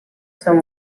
són